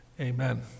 amen